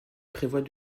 prévoit